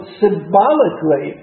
symbolically